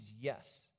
yes